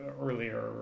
earlier